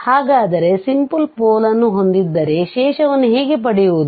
ಹಾಗಾದರೆ simple pole ನ್ನು ಹೊಂದಿದ್ದರೆ ಶೇಷವನ್ನು ಹೇಗೆ ಪಡೆಯುವುದು